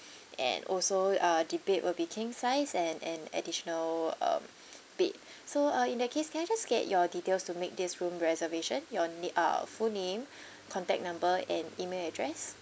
and also uh the bed will be king size and an additional um bed so uh in that case can I just get your details to make this room reservation your na~ uh full name contact number and email address